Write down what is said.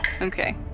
Okay